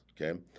okay